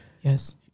Yes